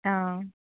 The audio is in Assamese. অঁ